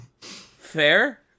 Fair